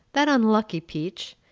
that unlucky peach!